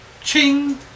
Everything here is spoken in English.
ching